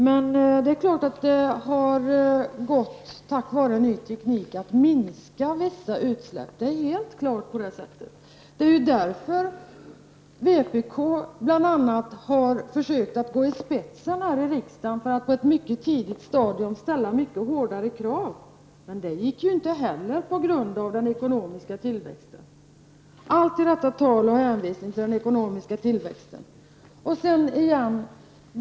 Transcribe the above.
Visst har det gått att med ny teknik minska vissa utsläpp. Det är därför vänsterpartiet bl.a. försökte gå i spetsen här i riksdagen för att på ett mycket tidigt stadium ställa hårda krav. Men då gick det inte att genomföra på grund av den ekonomiska tillväxten. Allt detta tal om den ekonomiska tillväxten!